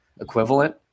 equivalent